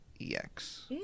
EX